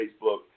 Facebook